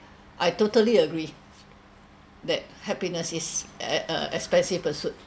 I totally agree that happiness is an uh expensive pursuit